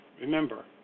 Remember